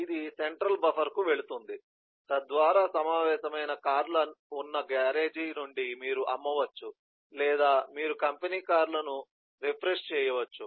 ఇది సెంట్రల్ బఫర్కు వెళుతుంది తద్వారా సమావేశమైన కార్లు ఉన్న గ్యారేజ్ నుండి మీరు అమ్మవచ్చు లేదా మీరు కంపెనీ కార్లను రిఫ్రెష్ చేయవచ్చు